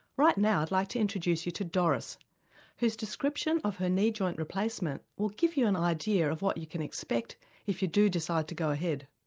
right now i'd like to introduce you to doris whose description of her knee joint replacement will give you an idea of what you can expect if you do decide to go ahead.